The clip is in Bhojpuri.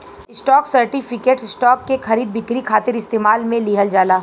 स्टॉक सर्टिफिकेट, स्टॉक के खरीद बिक्री खातिर इस्तेमाल में लिहल जाला